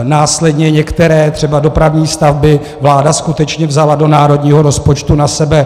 Následně některé, třeba dopravní stavby, vláda skutečně vzala do národního rozpočtu na sebe.